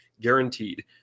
Guaranteed